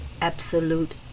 absolute